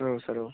औ सार औ